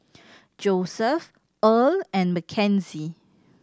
Joeseph Earl and Mckenzie